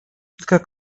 kilka